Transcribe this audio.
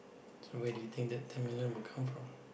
so where do you think that ten million will come from